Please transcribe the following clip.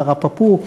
"תרפפו",